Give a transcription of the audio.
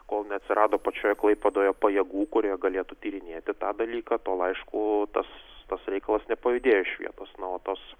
kol neatsirado pačioje klaipėdoje pajėgų kurie galėtų tyrinėti tą dalyką tol aišku tas tas reikalas nepajudėjo iš vietos na o tas